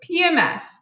PMS